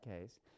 case